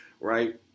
right